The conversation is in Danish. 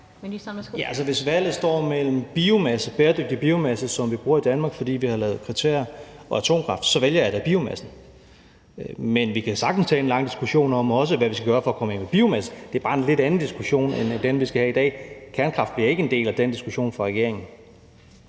hvis valget står mellem biomasse, bæredygtig biomasse, som vi bruger i Danmark, fordi vi har lavet kriterier, og atomkraft, så vælger jeg da biomassen. Men vi kan sagtens også tage en lang diskussion om, hvad vi skal gøre for at komme af med biomassen; det er bare en lidt anden diskussion end den, vi skal have i dag. Kernekraft bliver ikke en del af den diskussion fra regeringens